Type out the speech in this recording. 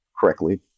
correctly